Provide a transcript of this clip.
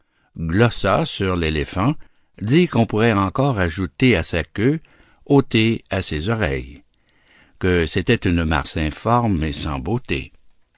glosa sur l'éléphant dit qu'on pourrait encor ajouter à sa queue ôter à ses oreilles que c'était une masse informe et sans beauté